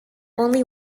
only